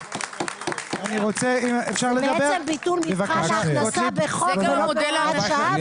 זה בעצם ביטול מבחן ההכנסה בחוק ולא בהוראת שעה.